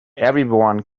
everyone